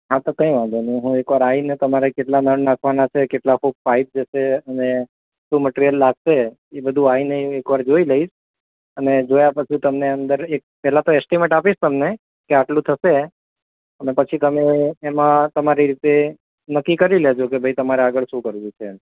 હા તો કંઈ વાંધો હું એકવાર આવીને તમારે કેટલા નળ નાખવાના છે કેટલા ફૂટ પાઇપ જશે અને શું મટીરીયલ લાગશે એ બધું આવીને એકવાર જોઈ લઈશ અને જોયા પછી તમને અંદર એક પહેલાં તો એસ્ટીમેટ આપીશ તમને કે આટલું થશે અને પછી તમે એમાં તમારી રીતે નક્કી કરી લેજો કે ભાઈ તમારે આગળ શું કરવું છે એમ